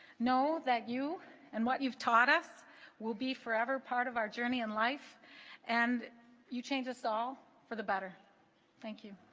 know that you and what you've taught us will be forever part of our journey in life and you change this all for the better thank you